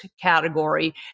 category